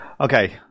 Okay